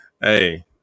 Hey